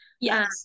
Yes